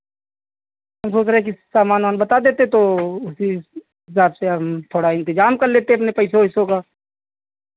हम सोच रहे कि सामान ओमान बता देते तो उसी हिसाब से हम थोड़ा इंतज़ाम कर लेते अपने पैसे ओइसो का